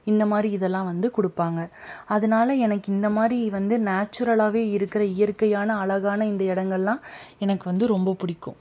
இந்தமாதிரி இதெல்லாம் வந்து கொடுப்பாங்க அதனால் எனக்கு இந்த மாதிரி வந்து நேச்சுரலாகவே இருக்கிற இயற்கையான அழகானா இந்த இடங்கள்லாம் எனக்கு வந்து ரொம்ப பிடிக்கும்